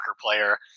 player